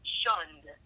shunned